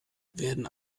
werden